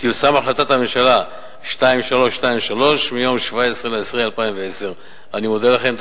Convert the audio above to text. תיושם החלטת הממשלה 2323 מיום 17 באוקטובר 2010. אני מודה לכם.